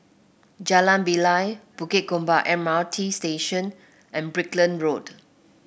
Jalan Bilal Bukit Gombak M R T Station and Brickland Road